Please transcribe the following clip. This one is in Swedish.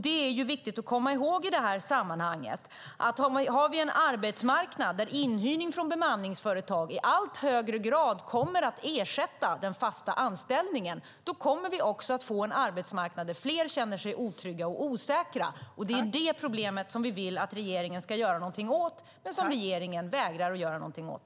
Det är viktigt att komma ihåg att om vi har en arbetsmarknad där inhyrning från bemanningsföretag i allt högre grad ersätter fasta anställningar kommer vi att få en arbetsmarknad där fler känner sig otrygga och osäkra. Det är det problemet som vi vill att regeringen ska göra något åt, men som regeringen vägrar att göra något åt.